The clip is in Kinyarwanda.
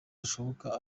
hashoboka